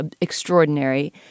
extraordinary